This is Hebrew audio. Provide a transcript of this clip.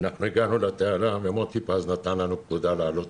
אנחנו הגענו לתעלה ומוטי פז נתן לנו פקודה לעלות